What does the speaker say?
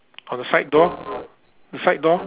on the side door the side door